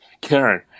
Karen